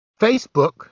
Facebook